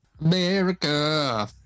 America